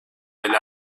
del